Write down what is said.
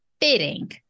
Fitting